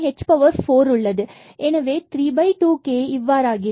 எனவே இது 32k இவ்வாறு ஆகிறது